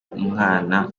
umwana